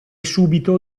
subito